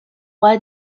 roi